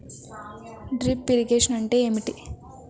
Drip irrigation అంటే ఏమిటి?